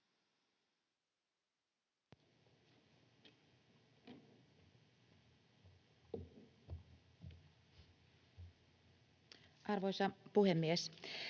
Arvoisa puhemies!